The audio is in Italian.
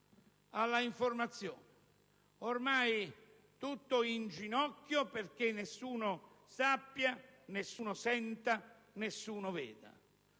all'informazione, ormai tutta in ginocchio, perché nessuno sappia, nessuno senta, nessuno veda.